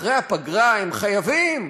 אחרי הפגרה הם חייבים.